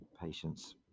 patients